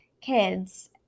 kids